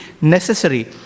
necessary